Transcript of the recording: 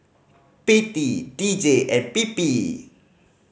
P T D J and P P